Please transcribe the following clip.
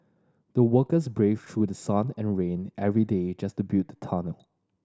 the workers braved through the sun and rain every day just to build the tunnel